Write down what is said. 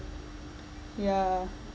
yeah